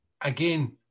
again